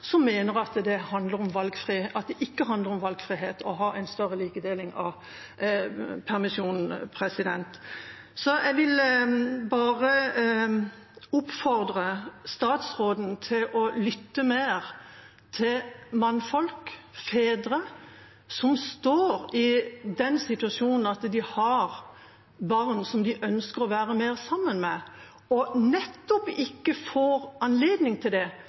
som mener at det ikke handler om valgfrihet å ha en større likedeling av permisjonen. Så jeg vil bare oppfordre statsråden til å lytte mer til mannfolk, fedre, som står i den situasjonen at de har barn som de ønsker å være mer sammen med, og som ikke får anledning til det